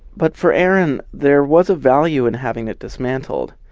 but for aaron there was a value in having it dismantled.